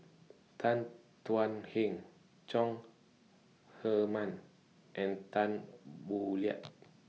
Tan Thuan Heng Chong Heman and Tan Boo Liat